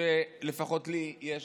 שלפחות לי יש